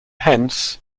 hence